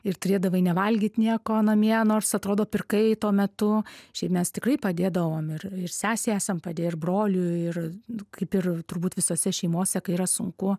ir turėdavai nevalgyt nieko namie nors atrodo pirkai tuo metu šiaip mes tikrai padėdavom ir ir sesei esam padėję ir broliui ir kaip ir turbūt visose šeimose kai yra sunku